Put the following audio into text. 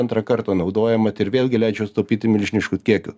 antrą kartą naudoja mat ir vėlgi leidžia sutaupyti milžiniškus kiekius